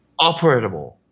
operable